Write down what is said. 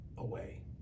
away